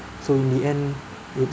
so in the end